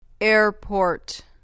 airport